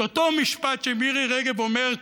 את אותו משפט שמירי רגב אומרת: